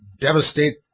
devastate